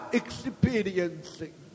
experiencing，